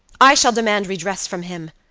i shall demand redress from him.